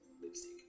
lipstick